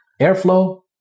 Airflow